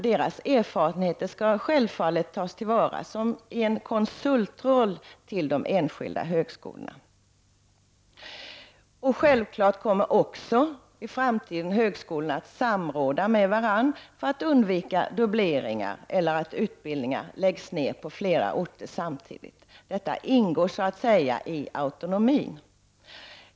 Dess erfarenheter skall självfallet tas till vara, som i en konsultroll till de enskilda högskolorna. Självfallet kommer högskolorna även i framtiden att samråda med varandra för att undvika dubbleringar eller för att undvika att utbildningar läggs ner på flera orter samtidigt. Detta ingår så att säga i autonomin.